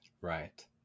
Right